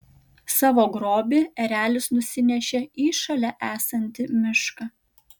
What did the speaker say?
savo grobį erelis nusinešė į šalia esantį mišką